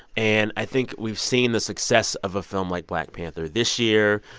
and i think we've seen the success of a film like black panther this year.